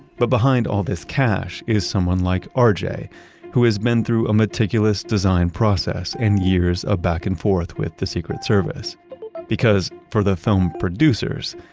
but behind all this cash is someone like ah rj who has been through a meticulous design process and years of back and forth with the secret service because, for the film producers,